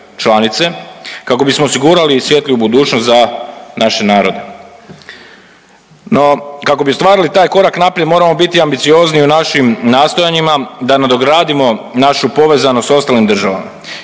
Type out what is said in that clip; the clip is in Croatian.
članice kako bismo osigurali svjetliju budućnost za naše narode. No, kako bi ostvarili taj korak naprijed moramo biti ambiciozniji u našim nastojanjima da nadogradimo našu povezanost s ostalim državama.